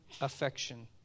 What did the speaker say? affection